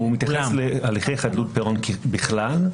הוא מתייחס להליכי חדלות פירעון בכלל,